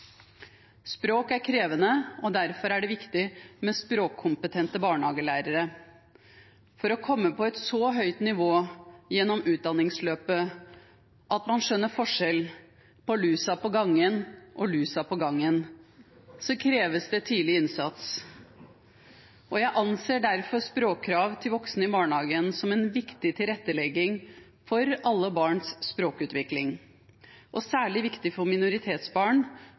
Språk er krevende, derfor er det viktig med språkkompetente barnehagelærere. For å komme på et så høyt nivå gjennom utdanningsløpet at man skjønner forskjell på lusa på gangen og lusa på gangen , kreves det tidlig innsats. Jeg anser derfor språkkrav til voksne i barnehagen som en viktig tilrettelegging for alle barns språkutvikling, men særlig viktig for minoritetsbarn